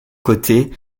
côté